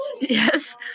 Yes